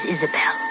Isabel